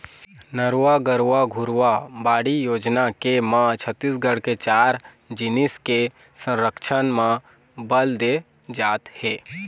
नरूवा, गरूवा, घुरूवा, बाड़ी योजना के म छत्तीसगढ़ के चार जिनिस के संरक्छन म बल दे जात हे